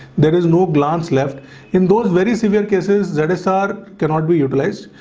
there is no glance left in those very severe cases that assad cannot be replaced.